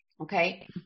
Okay